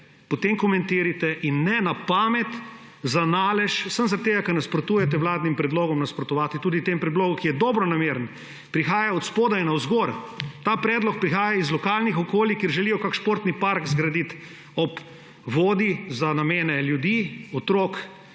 potem komentirajte. Ne na pamet, samo za nalašč, ker nasprotujete vladnim predlogom nasprotovati tudi temu predlogu, ki je dobronameren in prihaja od spodaj navzgor. Ta predlog prihaja iz lokalnih okolij, ker želijo zgraditi kakšen športni park ob vodi za namene ljudi, otrok,